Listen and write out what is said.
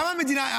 כמה המדינה,